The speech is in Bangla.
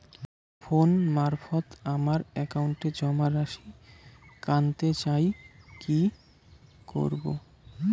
ফোন মারফত আমার একাউন্টে জমা রাশি কান্তে চাই কি করবো?